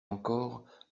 encore